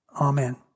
Amen